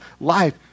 life